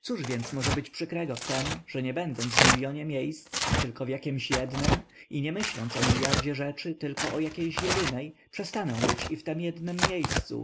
cóż więc może być przykrego w tem że nie będąc w milionie miejsc tylko w jakiemś jednem i nie myśląc o miliardzie rzeczy tylko o jakiejś jednej przestanę być i w tem jednem miejscu